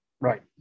Right